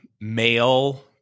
male